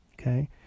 okay